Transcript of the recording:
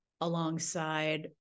alongside